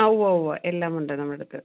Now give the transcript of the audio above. ആ ഉവ്വാ ഉവ്വാ എല്ലാം ഉണ്ട് നമ്മടടുത്ത്